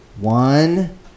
one